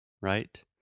right